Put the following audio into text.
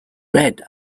red